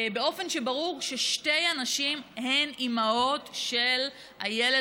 באופן שברור ששתי הנשים הן אימהות של הילד